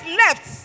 left